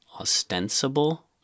Ostensible